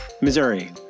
Missouri